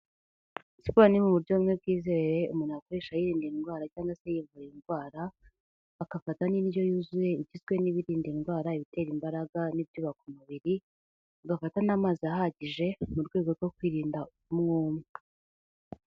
Siporo ni m'uburyomwe bwizewe umuntu yakoresha yirinda indwara cyangwa se yivura indwara agafata n'indyo yuzuye igizwe n'ibirinda indwara ibitera imbaraga n'ibyubaka umubiri ugafata n'amazi ahagije mu rwego rwo kwirinda umwuma.